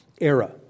era